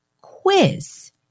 quiz